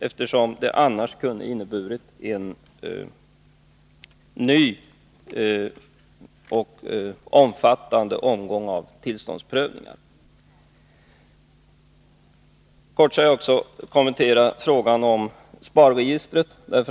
I annat fall skulle det kunna bli en ny och omfattande omgång av tillståndsprövningar. Jag skall helt kort också kommentera frågan om SPAR-registret.